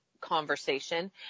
conversation